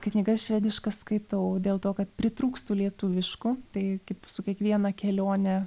knygas švediškas skaitau dėl to kad pritrūkstu lietuviškų tai kaip su kiekviena kelione